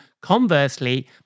conversely